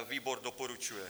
Výbor doporučuje.